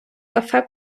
кафе